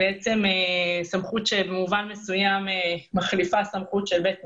סמכות שבמובן מסוים מחליפה סמכות של בית משפט.